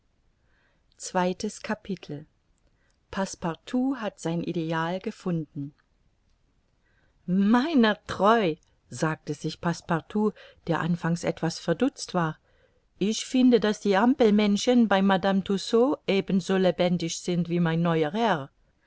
passepartout hat sein ideal gefunden meiner treu sagte sich passepartout der anfangs etwas verdutzt war ich finde daß die hampelmännchen bei madame tussaud ebenso lebendig sind als mein neuer